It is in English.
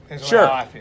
Sure